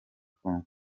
congo